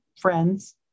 Friends